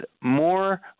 more